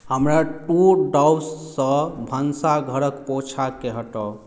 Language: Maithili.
हमरा टू डॉससॅं भंसाघरक पोछाकेॅं हटाउ